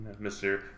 Mr